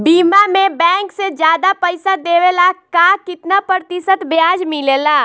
बीमा में बैंक से ज्यादा पइसा देवेला का कितना प्रतिशत ब्याज मिलेला?